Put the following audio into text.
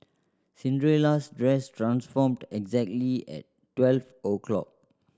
Cinderella's dress transformed exactly at twelve o'clock